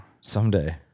Someday